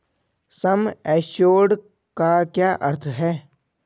सम assured का क्या अर्थ है?